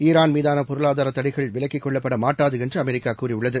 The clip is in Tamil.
ஈரான் மீதானபொருளாதாரதடைகள் விலக்கிக் கொள்ளப்படமாட்டாதுஎன்றுஅமெரிக்காகூறியுள்ளது